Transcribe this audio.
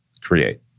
create